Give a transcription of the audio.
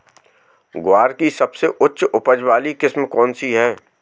ग्वार की सबसे उच्च उपज वाली किस्म कौनसी है?